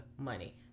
money